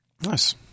Nice